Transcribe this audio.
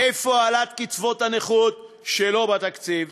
איפה העלאת קצבת הנכות, שלא בתקציב?